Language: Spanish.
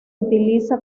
utiliza